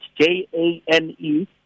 J-A-N-E